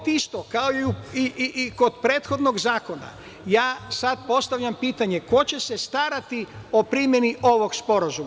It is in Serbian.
Opet isto, kao i kod prethodnog zakona, ja sada postavljam pitanje – ko će se starati o primeni ovog sporazuma?